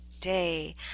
day